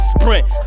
Sprint